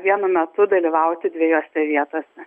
vienu metu dalyvauti dviejose vietose